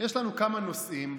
יש לנו כמה נושאים,